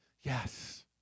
yes